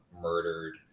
murdered